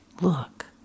Look